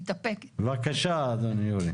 בבקשה אדון יורי.